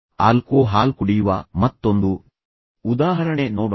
alcohol ಕುಡಿಯುವ ಮತ್ತೊಂದು ಉದಾಹರಣೆ ನೋಡೋಣ